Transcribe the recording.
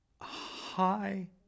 hi